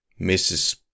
Mrs